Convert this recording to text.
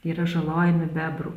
yra žalojami bebrų